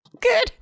Good